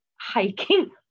hiking